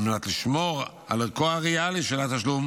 על מנת לשמור על ערכו הריאלי של התשלום,